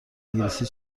انگلیسی